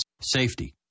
Safety